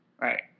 Right